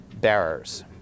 bearers